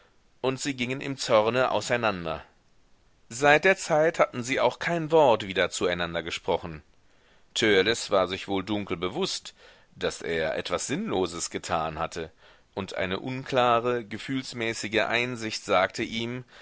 und sie gingen im zorne auseinander seit der zeit hatten sie auch kein wort wieder zueinander gesprochen törleß war sich wohl dunkel bewußt daß er etwas sinnloses getan hatte und eine unklare gefühlsmäßige einsicht sagte ihm